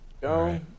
Go